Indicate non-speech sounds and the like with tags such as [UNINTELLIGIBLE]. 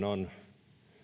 [UNINTELLIGIBLE] on